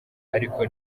ariko